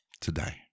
today